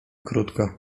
krótko